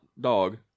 dog